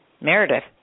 Meredith